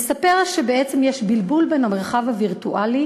מספר שבעצם יש בלבול בין המרחב הווירטואלי